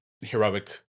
heroic